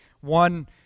one